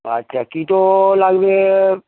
আচ্ছা কিটো লাগবে